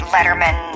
Letterman